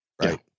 Right